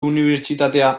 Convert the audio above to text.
unibertsitatea